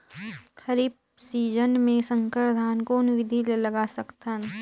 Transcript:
खरीफ season मे संकर धान कोन विधि ले लगा सकथन?